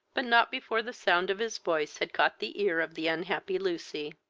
but not before the sound of his voice had caught the ear of the unhappy lucy.